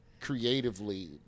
creatively